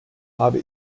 habe